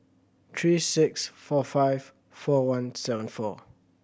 three six four five four one seven four